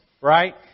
right